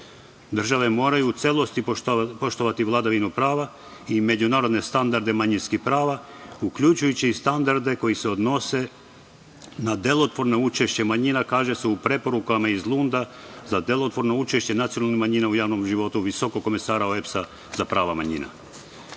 moraju u celosti poštovati vladavinu prava i međunarodne standarde manjinskih prava, uključujući i standarde koji se odnose na delotvorno učešće manjina, kaže se u preporukama iz Lunda da delotvorno učešće nacionalnih manjina u javnom životu Visokog komesara OEBS-a za prava manjina. Budući